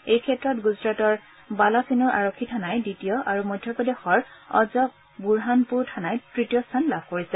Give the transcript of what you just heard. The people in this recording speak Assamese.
এই ক্ষেত্ৰত গুজৰাটৰ বালাচিনোৰ আৰক্ষী থানাই দ্বিতীয় আৰু মধ্যপ্ৰদেশৰ অজক বুঢ়ানপুৰ থানাই তৃতীয় স্থান লাভ কৰিছে